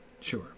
Sure